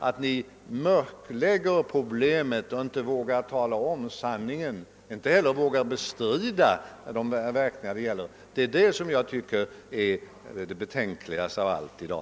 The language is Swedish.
Att Ni mörklägger problemet och inte vågar tala om sanningen men inte heller vågar bestrida verkningarna tycker jag är det kanske mest uppseendeväckande i dag.